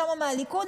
שם מהליכוד,